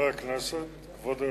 כבוד היושב-ראש,